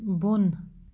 بۄن